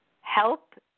help